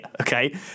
okay